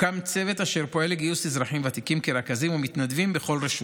הוקם צוות אשר פועל לגיוס אזרחים ותיקים כרכזים ומתנדבים בכל רשות,